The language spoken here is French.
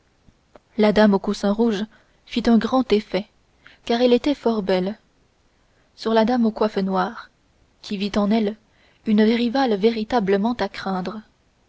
la dame au coussin rouge fit un grand effet car elle était fort belle sur la dame aux coiffes noires qui vit en elle une rivale véritablement à craindre